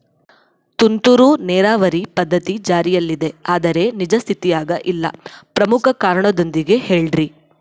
ತುಂತುರು ನೇರಾವರಿ ಪದ್ಧತಿ ಜಾರಿಯಲ್ಲಿದೆ ಆದರೆ ನಿಜ ಸ್ಥಿತಿಯಾಗ ಇಲ್ಲ ಪ್ರಮುಖ ಕಾರಣದೊಂದಿಗೆ ಹೇಳ್ರಿ?